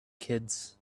kids